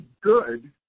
good